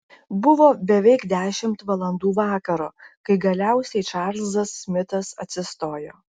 buvo beveik dešimt valandų vakaro kai galiausiai čarlzas smitas atsistojo